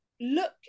look